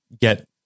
get